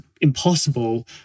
impossible